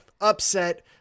upset